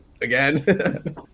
again